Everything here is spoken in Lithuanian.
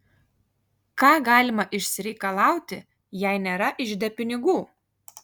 ką galima išsireikalauti jei nėra ižde pinigų